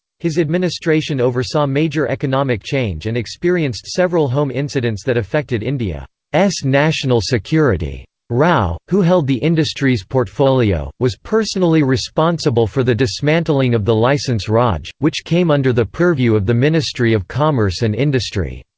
his administration oversaw major economic change and experienced several home incidents that affected india's national national security. rao, who held the industries portfolio, was personally responsible for the dismantling of the licence raj, which came under the purview of the ministry of commerce and industry.